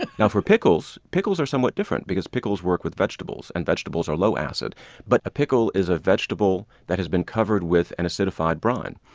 and and pickles pickles are somewhat different because pickles work with vegetables, and vegetables are low-acid. but a pickle is a vegetable that has been covered with an acidified brine,